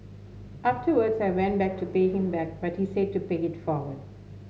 afterwards I went back to pay him back but he said to pay it forward